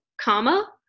comma